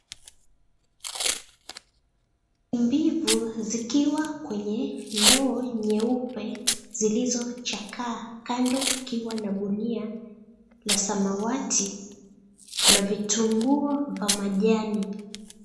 Ndizi mbivu zikiwa kwenye ndoo nyeupe zilizochakaa kando kukiwa na gunia la samawati na vitunguo vya majani.